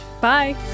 bye